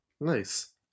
Nice